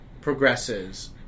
progresses